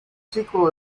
sequel